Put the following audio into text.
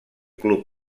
club